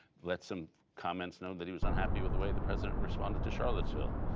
let some comments known that he was unhappy with the way the president responded to charlottesville.